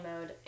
mode